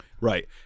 Right